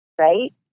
right